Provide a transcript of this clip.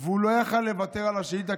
והוא לא יכול היה לוותר על השאילתה,